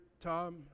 Tom